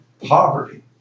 poverty